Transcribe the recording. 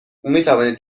میتوانید